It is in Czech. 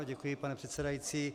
Děkuji, pane předsedající.